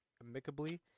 amicably